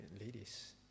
ladies